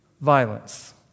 violence